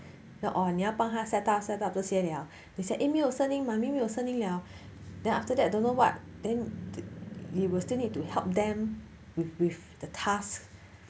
orh 你要帮他 set up set up 这些了等一下 eh 没有声音 mummy 没有声音了 then after that don't know what then he will still need to help them with with the task